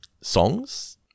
songs